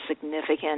significant